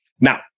Now